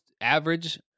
average